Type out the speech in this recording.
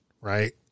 right